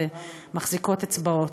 ומחזיקות אצבעות.